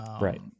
Right